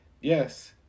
yes